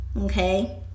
Okay